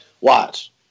Watch